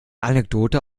anekdote